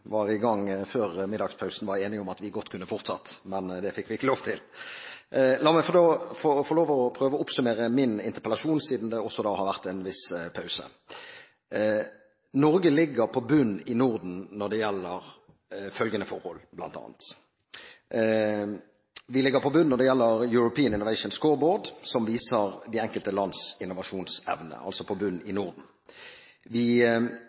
var i gang før middagspausen, var enige om at vi godt kunne fortsatt. Men det fikk vi ikke lov til. La meg prøve å oppsummere min interpellasjon, også siden det har vært en viss pause. Norge ligger på bunnen i Norden bl.a. når det gjelder følgende forhold: Vi ligger på bunnen i Norden når det gjelder European Innovation Scoreboard, som viser de enkelte lands innovasjonsevne. Vi ligger på bunnen i